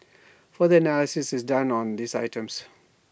further analysis is done on these items